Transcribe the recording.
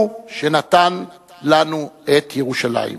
הוא שנתן לנו את ירושלים.